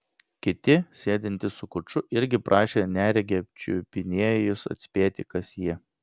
kiti sėdintys su kuču irgi prašė neregį apčiupinėjus atspėti kas jie